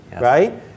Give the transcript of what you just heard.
right